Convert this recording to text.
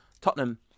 Tottenham